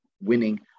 winning